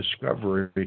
discovery